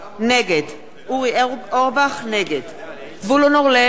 נגד זבולון אורלב,